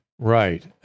right